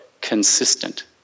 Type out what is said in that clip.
consistent